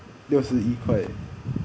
六十一块